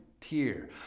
tier